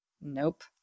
nope